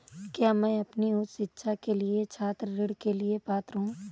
क्या मैं अपनी उच्च शिक्षा के लिए छात्र ऋण के लिए पात्र हूँ?